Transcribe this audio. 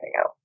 out